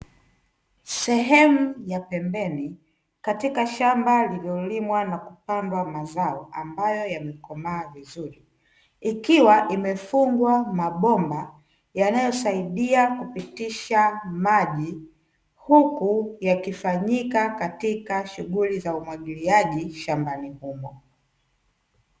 Sehemu ya pembeni katika shamba lililolimwa na kupandwa mazao, ambayo yamekomaa vizuri. Ikiwa imefungwa mabomba yanayosaidia kupitisha maji, huku yakifanyika katika shughuli za umwagiliaji shambani humo.